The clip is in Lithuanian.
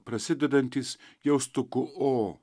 prasidedantys jaustuku o